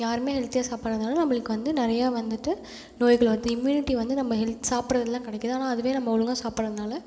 யாருமே ஹெல்த்தியாக சாப்பிடாததுனால் நம்மளுக்கு வந்து நிறையா வந்துவிட்டு நோய்கள் வருது இம்யூனிட்டி வந்து நம்ம ஹெல் சாப்புடுறதுல தான் கிடைக்குது ஆனால் அதுவே நம்ம ஒழுங்காக சாப்பிடாததுனால